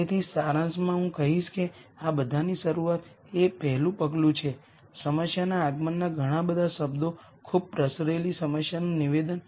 તેથી સારાંશમાં હું કહીશ કે આ બધાની શરૂઆત એ પહેલું પગલું છે સમસ્યાના આગમનના ઘણા બધા શબ્દો ખૂબ પ્રસરેલી સમસ્યાનું નિવેદન